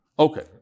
Okay